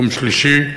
יום שלישי,